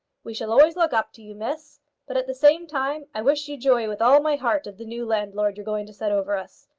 we shall always look up to you, miss but, at the same time, i wish you joy with all my heart of the new landlord you're going to set over us.